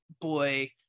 Boy